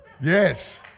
Yes